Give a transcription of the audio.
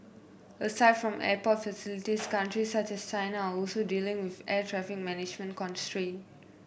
aside from airport facilities countries such as China are also dealing with air traffic management constraint